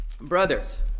Brothers